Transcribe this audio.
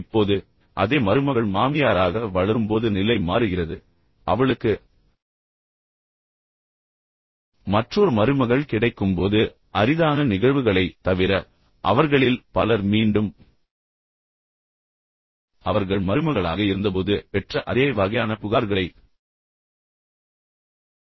இப்போது அதே மருமகள் மாமியாராக வளரும்போது நிலை மாறுகிறது அவளுக்கு மற்றொரு மருமகள் கிடைக்கும்போது அரிதான நிகழ்வுகளைத் தவிர அவர்களில் பலர் மீண்டும் அவர்கள் மருமகளாக இருந்தபோது பெற்ற அதே வகையான புகார்களைத் தருகிறார்கள்